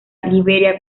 liberia